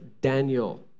Daniel